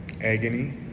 agony